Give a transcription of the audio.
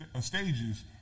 stages